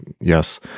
yes